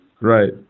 Right